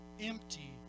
empty